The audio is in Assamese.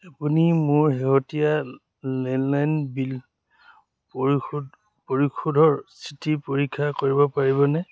আপুনি মোৰ শেহতীয়া লেণ্ডলাইন বিল পৰিশোধ পৰিশোধৰ স্থিতি পৰীক্ষা কৰিব পাৰিবনে